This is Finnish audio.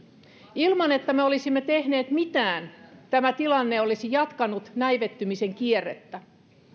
ilman että me olisimme tehneet mitään tämä tilanne olisi jatkanut näivettymisen kierrettä